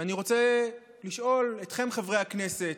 ואני רוצה לשאול אתכם, חברי הכנסת,